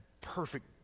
perfect